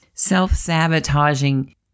self-sabotaging